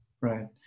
right